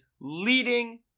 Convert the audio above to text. leading